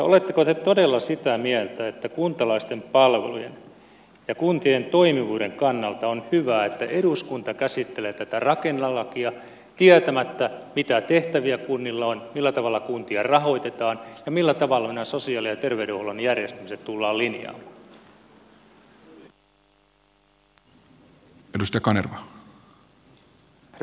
oletteko te todella sitä mieltä että kuntalaisten palvelujen ja kuntien toimivuuden kannalta on hyvä että eduskunta käsittelee tätä rakennelakia tietämättä mitä tehtäviä kunnilla on millä tavalla kuntia rahoitetaan ja millä tavalla nämä sosiaali ja terveydenhuollon järjestämiset tullaan linjaamaan